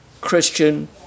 Christian